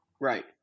Right